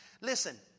Listen